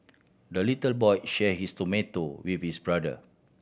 the little boy shared his tomato with his brother